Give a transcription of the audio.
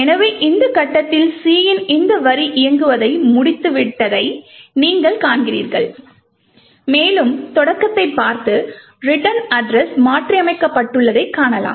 எனவே இந்த கட்டத்தில் C இன் இந்த வரி இயங்குவதை முடித்துவிட்டதை நீங்கள் காண்கிறீர்கள் மேலும் தொடக்கத்தை பார்த்து ரிட்டர்ன் அட்ரஸ் மாற்றியமைக்கப்பட்டுள்ளதைக் காணலாம்